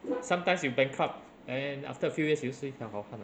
sometimes you bankrupt and then after a few years 你又是一条好汉了